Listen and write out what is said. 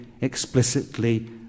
explicitly